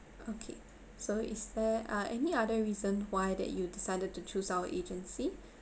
okay so is there uh any other reason why that you decided to choose our agency